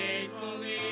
faithfully